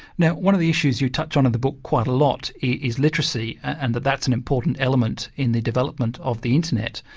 now, one of the issues you touched on in the book quite a lot is literacy and that that's an important element in the development of the internet,